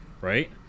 right